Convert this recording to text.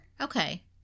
Okay